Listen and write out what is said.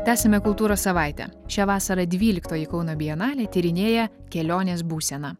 tęsiame kultūros savaitę šią vasarą dvyliktoji kauno bienalė tyrinėja kelionės būseną